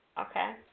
Okay